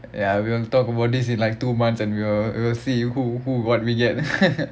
ya we want to talk about this in like two months and we will we will see who who what we get